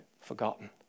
forgotten